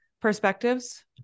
perspectives